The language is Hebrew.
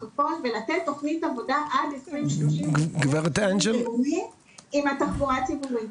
ולתת תוכנית עד 2030 עם התחבורה הציבורית.